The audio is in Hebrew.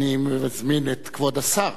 אני מזמין את כבוד השר